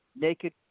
Naked